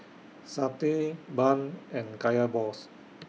Satay Bun and Kaya Balls